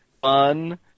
fun